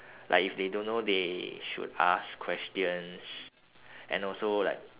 like if they don't know they should ask questions and also like